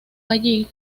allí